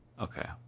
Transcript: Okay